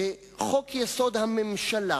בחוק-יסוד: הממשלה,